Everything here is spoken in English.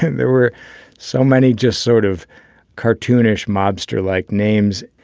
and there were so many just sort of cartoonish mobster like names.